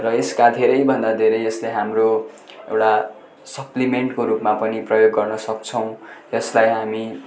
र यसका धेरैभन्दा धेरै यसले हाम्रो एउटा सप्लिमेन्टको रूपमा पनि प्रयोग गर्न सक्छौँ यसलाई हामी